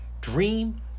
dream